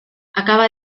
acaba